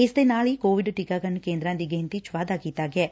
ਇਸ ਦੇ ਨਾਲ ਹੀ ਕੋਵਿਡ ਟੀਕਾਕਰਨ ਕੇ'ਦਰਾਂ ਦੀ ਗਿਣਤੀ ਚ ਵਾਧਾ ਕੀਤਾ ਗਿਐ